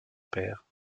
père